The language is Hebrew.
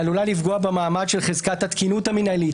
היא עלולה לפגוע במעמד של חזקת התקינות המנהלית